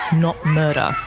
not murder.